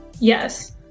Yes